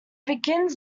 begins